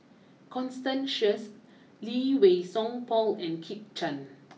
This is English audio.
Constance Sheares Lee Wei Song Paul and Kit Chan